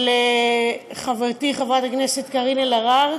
של חברתי חברת הכנסת קארין אלהרר.